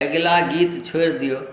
अगिला गीत छोड़ि दियौ